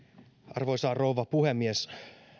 arvoisa rouva puhemies